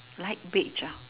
light beige